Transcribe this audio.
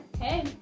Hey